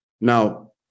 Now